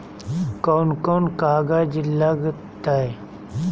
कौन कौन कागज लग तय?